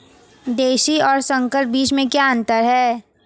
देशी और संकर बीज में क्या अंतर है?